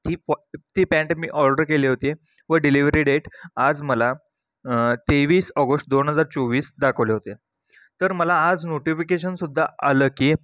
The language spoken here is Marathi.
ती पी पॅन्ट मी ऑर्डर केली होती व डिलिव्हरी डेट आज मला तेवीस ऑगस्ट दोन हजार चोवीस दाखवले होते तर मला आज नोटिफिकेशनसुद्धा आलं की